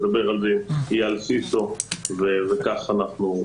אדבר על זה עם אייל סיסו וכך אנחנו,